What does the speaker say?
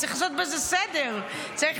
צריך לעשות בזה סדר, צריך